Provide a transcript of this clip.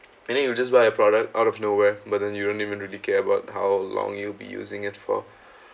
and then you just buy a product out of nowhere but then you don't even really care about how long you'll be using it for